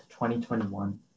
2021